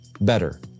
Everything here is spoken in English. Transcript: better